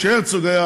כשהרצוג היה,